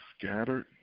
scattered